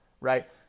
right